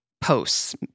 posts